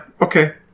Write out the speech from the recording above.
okay